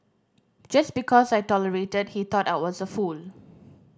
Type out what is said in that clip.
just because I tolerated he thought I was a fool